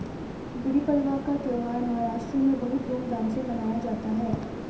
गुड़ी पड़वा का त्यौहार महाराष्ट्र में बहुत धूमधाम से मनाया जाता है